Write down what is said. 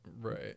Right